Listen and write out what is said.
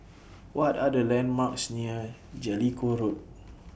What Are The landmarks near Jellicoe Road